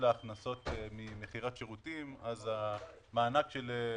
רוצים לפתוח את העסק שלהם, זה המוניטין שלהם,